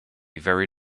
very